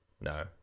no